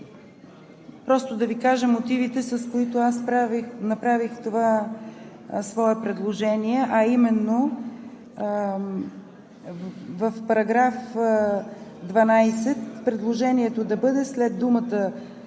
Просто да Ви кажа мотивите, с които аз направих това свое предложение, а именно: в § 12 предложението да бъде след думата